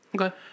Okay